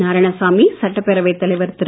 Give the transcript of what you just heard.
நாராயணசாமி சட்டப்பேரவைத் தலைவர் திரு